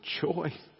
joy